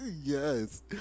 Yes